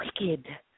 wicked